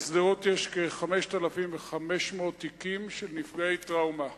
בשדרות יש כ-5,500 תיקים של נפגעי טראומה,